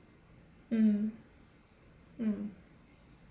mm mm